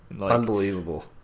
Unbelievable